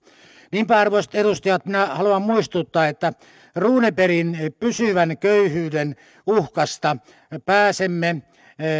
niinpä arvoisat edustajat minä haluan muistuttaa että runebergin pysyvän köyhyyden uhkasta pääsemme